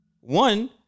one